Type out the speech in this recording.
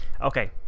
Okay